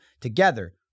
Together